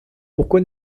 pourquoi